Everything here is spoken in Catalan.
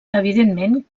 evidentment